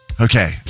Okay